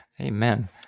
Amen